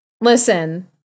Listen